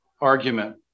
argument